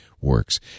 works